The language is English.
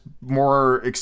more